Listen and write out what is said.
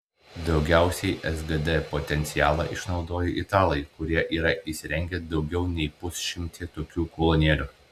geriausiai sgd potencialą išnaudoja italai kurie yra įsirengę daugiau nei pusšimtį tokių kolonėlių